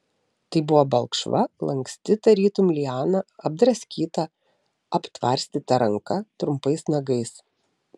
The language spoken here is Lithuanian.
tai buvo balkšva lanksti tarytum liana apdraskyta aptvarstyta ranka trumpais nagais